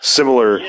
Similar